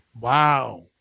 wow